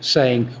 saying,